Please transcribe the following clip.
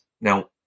Now